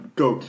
go